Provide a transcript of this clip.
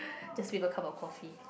just with a cup of coffee